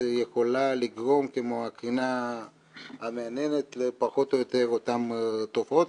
יכולה לגרום כמו הקרינה המייננת לפחות או יותר אותן תופעת,